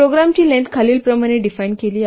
प्रोग्रामची लेन्थ खालीलप्रमाणे डिफाइन केली आहे